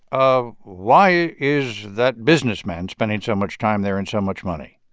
um why is that businessman spending so much time there and so much money?